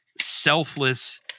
selfless